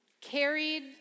carried